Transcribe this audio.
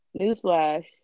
newsflash